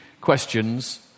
questions